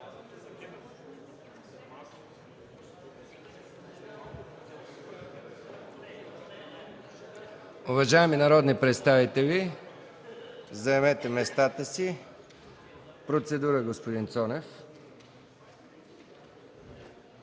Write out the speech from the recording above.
Уважаеми народни представители, заемете местата си. Процедура – господин Цонев.